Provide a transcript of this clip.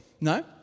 No